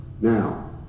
Now